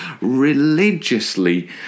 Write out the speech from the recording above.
religiously